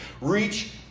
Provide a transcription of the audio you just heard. Reach